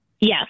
Yes